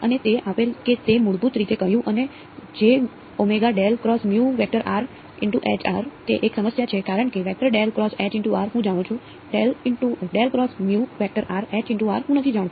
અને તે આપેલ કે તે મૂળભૂત રીતે કહ્યું અને તે એક સમસ્યા છે કારણ કે હું જાણું છું હુ નથી જાણતો